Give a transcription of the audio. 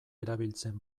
erabiltzen